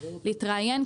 להתראיין,